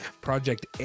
project